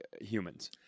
humans